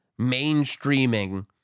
mainstreaming